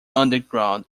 underground